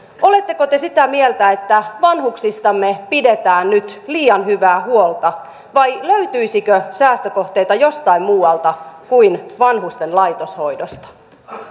oletteko te sitä mieltä että vanhuksistamme pidetään nyt liian hyvää huolta vai löytyisikö säästökohteita jostain muualta kuin vanhusten laitoshoidosta